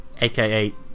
AKA